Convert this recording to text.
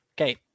Okay